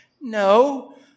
No